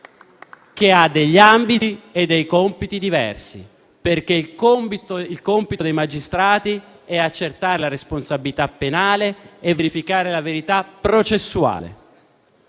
che ha ambiti e compiti diversi. Compito dei magistrati è accertare la responsabilità penale e verificare la verità processuale;